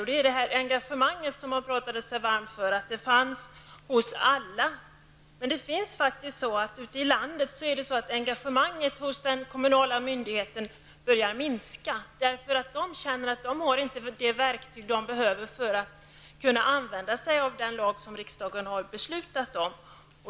Det gäller det här engagemanget som han pratade sig varm för. Han sade att det fanns hos alla. Men ute i landet börjar engagemanget hos de kommunala myndigheterna minska. De känner att de inte har de verktyg de behöver för att kunna tillämpa den lag som riksdagen har beslutat om.